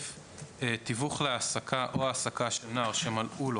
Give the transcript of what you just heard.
"(8א)תיווך להעסקה או העסקה של נער שמלאו לו